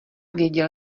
věděl